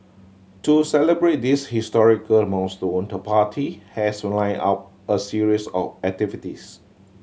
to celebrate this historical milestone the party has lined up a series of activities